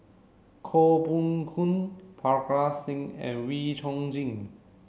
Koh Poh Koon Parga Singh and Wee Chong Jin